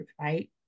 right